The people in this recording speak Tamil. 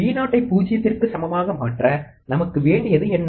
Vo ஐ 0 க்கு சமமாக மாற்ற நமக்கு வேண்டியது என்ன